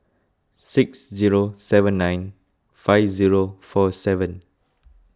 six zero seven nine five zero four seven